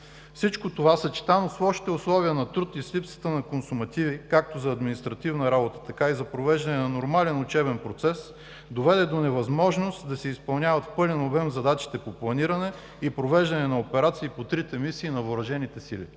Всичко това, съчетано с лошите условия на труд и с липсата на консумативи както за административна работа, така и за провеждане на нормален учебен процес, доведе до невъзможност да се изпълняват в пълен обем задачите по планиране и провеждане на операции по трите мисии на Въоръжените сили.